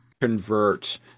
convert